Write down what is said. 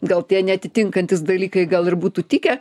gal tie neatitinkantys dalykai gal ir būtų tikę